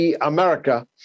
America